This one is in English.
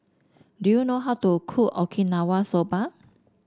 do you know how to cook Okinawa Soba